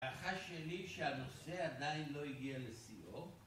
הערכה שלי שהנושא עדיין לא הגיע לשיאו